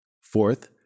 Fourth